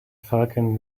falcon